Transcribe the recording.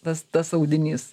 tas tas audinys